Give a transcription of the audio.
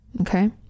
Okay